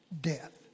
death